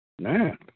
Man